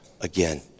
again